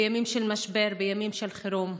בימים של משבר, בימים של חירום.